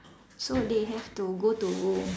so they have to go to